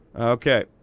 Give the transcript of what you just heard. ok,